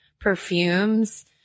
perfumes